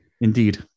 indeed